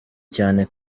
cyane